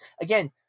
again